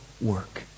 work